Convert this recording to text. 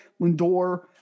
Lindor